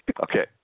Okay